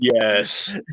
yes